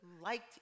liked